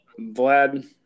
Vlad